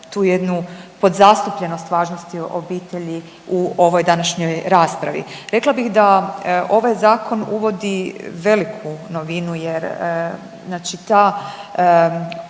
tu jednu podzastupljenost važnosti obitelji u ovoj današnjoj raspravi. Rekla bih da ovaj zakon uvodi veliku novinu jer znači ta osobna